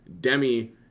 Demi